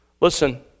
Listen